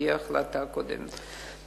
לפי ההחלטה הקודמת.